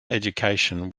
education